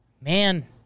Man